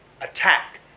attack